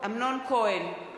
אמנון כהן,